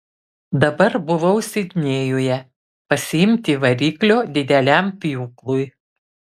dabar buvau sidnėjuje pasiimti variklio dideliam pjūklui